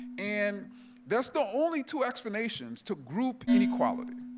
and that's the only two explanations to group inequality.